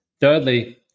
Thirdly